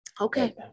Okay